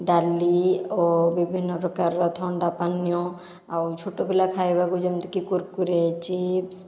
ଡାଲି ଓ ବିଭିନ୍ନ ପ୍ରକାରର ଥଣ୍ଡା ପାନୀୟ ଆଉ ଛୋଟ ପିଲା ଖାଇବାକୁ ଯେମିତିକି କୁରକୁରେ ଚିପ୍ସ